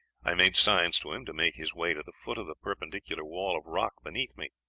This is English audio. i made signs to him to make his way to the foot of the perpendicular wall of rock beneath me.